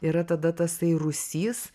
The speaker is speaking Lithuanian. yra tada tasai rūsys